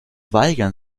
weigern